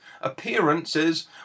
appearances